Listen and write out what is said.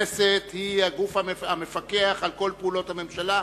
הכנסת היא הגוף המפקח על כל פעולות הממשלה,